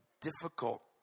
difficult